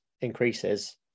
increases